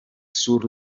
sur